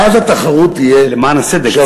בהם, ואז התחרות תהיה שווה.